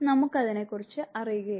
നമുക്ക് അതിനെക്കുറിച്ച് അറിയുകയില്ല